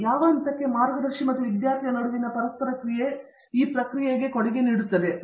ಆದ್ದರಿಂದ ಯಾವ ಹಂತಕ್ಕೆ ಮಾರ್ಗದರ್ಶಿ ಮತ್ತು ವಿದ್ಯಾರ್ಥಿಯ ನಡುವಿನ ಪರಸ್ಪರ ಕ್ರಿಯೆ ಈ ಪ್ರಕ್ರಿಯೆಗೆ ಕೊಡುಗೆ ನೀಡುತ್ತದೆ